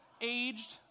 aged